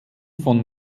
von